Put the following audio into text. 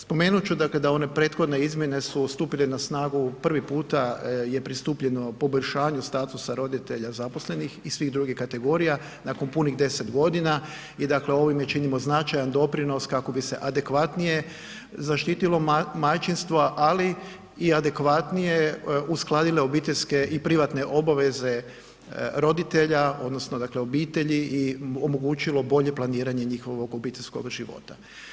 Spomenut ću dakle da one prethodne izmjene su stupile na snagu, prvi puta je pristupljeno poboljšanju statusa roditelja zaposlenih i svih drugih kategorija nakon punih 10 g. i dakle ovime činimo značajan kako bi se adekvatnije zaštitilo majčinstvo ali i adekvatnije uskladile obiteljske i privatne obaveze roditelja odnosno dakle obitelji i omogućilo bolje planiranje njihovog obiteljskog života.